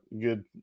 good